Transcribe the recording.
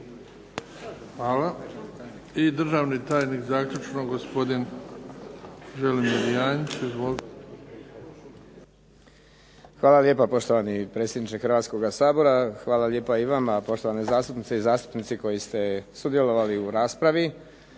Hvala. I državni tajnik zaključno, gospodin Želimir Janjić. Izvolite. **Janjić, Želimir (HSLS)** Hvala lijepo. Poštovani predsjedniče Hrvatskog sabora. Hvala lijepa i vama poštovane zastupnice i zastupnici koji ste sudjelovali u raspravi.